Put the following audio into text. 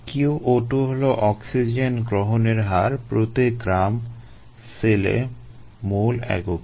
qO2 হলো oxygen গ্রহণের হার প্রতি গ্রাম সেলে মোল এককে